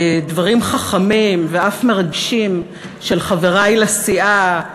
דברים חכמים ואף מרגשים של חברי לסיעה,